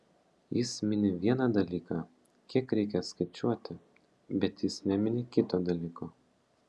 jis mini vieną dalyką kiek reikia atskaičiuoti bet jis nemini kito dalyko